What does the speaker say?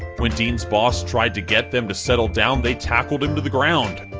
when dean's boss tried to get them to settle down they tackled him to the ground!